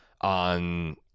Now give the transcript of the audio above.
on